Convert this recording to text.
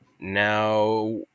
Now